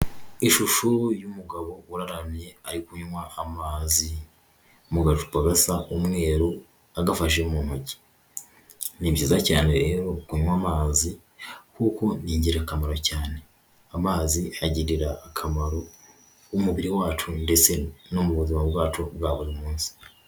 Ishusho y'umugabo uraramye ari kunywa amazi mu gacupa gasa umweru agafashe mu ntoki. Ni byiza cyane iyo kunywa amazi kuko ni ingirakamaro cyane. Amazi agirira akamaro umubiri wacu ndetse no mu buzima bwacu bwa buri munsi.